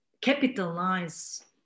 capitalize